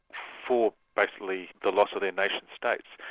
for basically the loss of their nation states.